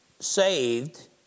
Saved